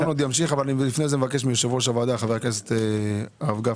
אבל אבקש מיושב-ראש הוועדה חבר הכנסת גפני.